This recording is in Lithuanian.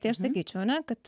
tai aš sakyčiau ne kad